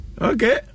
Okay